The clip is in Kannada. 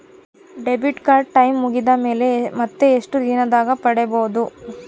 ಡೆಬಿಟ್ ಕಾರ್ಡ್ ಟೈಂ ಮುಗಿದ ಮೇಲೆ ಮತ್ತೆ ಎಷ್ಟು ದಿನದಾಗ ಪಡೇಬೋದು?